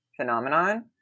phenomenon